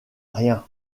rien